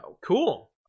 Cool